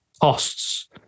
costs